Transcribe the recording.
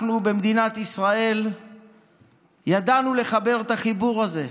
אנחנו במדינת ישראל ידענו לחבר את החיבור הזה: